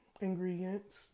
ingredients